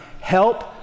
Help